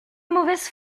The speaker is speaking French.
mauvaise